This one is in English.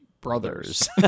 brothers